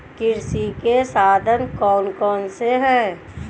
कृषि के साधन कौन कौन से हैं?